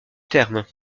terme